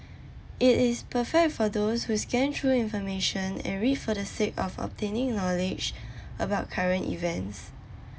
it is perfect for those who scan through information and read for the sake of obtaining knowledge about current events